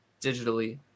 digitally